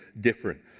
different